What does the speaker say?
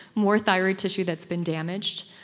more thyroid tissue that's been damaged,